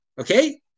okay